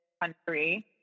country